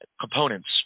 components